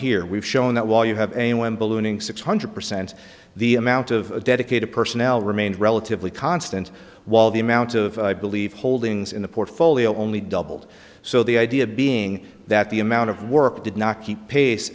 here we've shown that while you have anyone ballooning six hundred percent the amount of dedicated personnel remained relatively constant while the amount of i believe holdings in the portfolio only doubled so the idea being that the amount of work did not keep pace